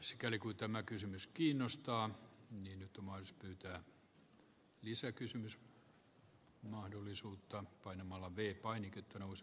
sikäli kuin tämä kysymys kiinnostaa niin että mars pyytää lisäkysymys mahdollisuutta painamalla viikkoinen arvoisa puhemies